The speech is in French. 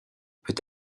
peut